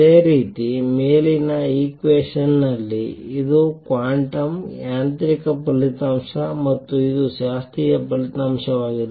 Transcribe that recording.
ಅದೇ ರೀತಿ ಮೇಲಿನ ಈಕ್ವೇಷನ್ ನಲ್ಲಿ ಇದು ಕ್ವಾಂಟಮ್ ಯಾಂತ್ರಿಕ ಫಲಿತಾಂಶ ಮತ್ತು ಇದು ಶಾಸ್ತ್ರೀಯ ಫಲಿತಾಂಶವಾಗಿದೆ